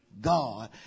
God